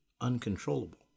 uncontrollable